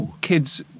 kids